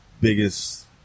biggest